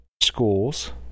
schools